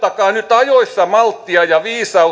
ajoissa malttia ja viisautta ja